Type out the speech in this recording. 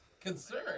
Concern